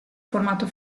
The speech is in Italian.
formato